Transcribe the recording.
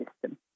system